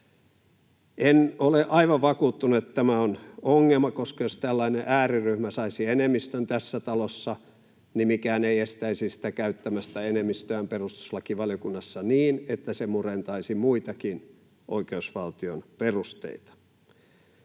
En ole aivan vakuuttunut, että tämä on ongelma, koska jos tällainen ääriryhmä saisi enemmistön tässä talossa, mikään ei estäisi sitä käyttämästä enemmistöään perustuslakivaliokunnassa niin, että se murentaisi muitakin oikeusvaltion perusteita.